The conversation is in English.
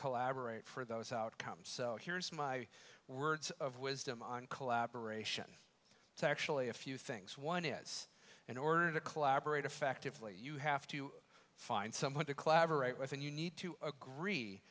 collaborate for those outcomes so here's my words of wisdom on collaboration it's actually a few things one is in order to collaborate effectively you have to find someone to collaborate with and you need to agree